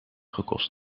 gekost